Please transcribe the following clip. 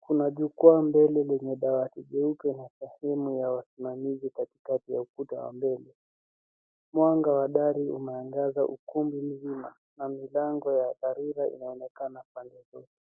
Kuna jukwaa mbele lenye dawati jeupe na sehemu ya wasimamazi katikati ya ukuta wa mbele. Mwanga wa dari umeangaza ukumbi mzima na milango ya dharura inaonekana pande zote.